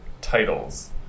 titles